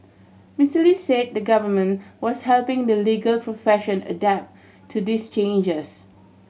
Mister Lee say the Government was helping the legal profession adapt to these changes